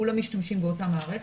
כולם משתמשים באותה מערכת.